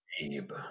Abe